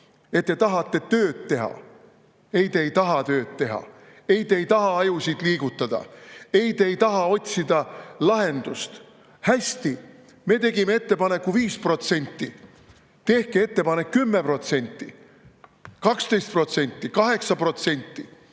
et te tahate tööd teha. Ei, te ei taha tööd teha, ei, te ei taha ajusid liigutada, ei, te ei taha otsida lahendust. Hästi, me tegime ettepaneku 5%. Tehke ettepanek: 10%, 12%, 8%.